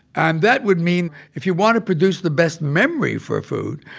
and that would mean if you want to produce the best memory for food,